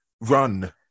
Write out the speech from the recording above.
run